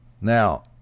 Now